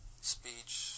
speech